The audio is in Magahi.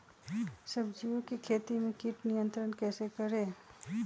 सब्जियों की खेती में कीट नियंत्रण कैसे करें?